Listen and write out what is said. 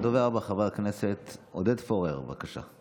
הדובר הבא, חבר הכנסת עודד פורר, בבקשה.